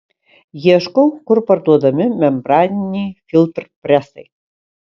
ieškau kur parduodami membraniniai filtrpresai